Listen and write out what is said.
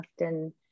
often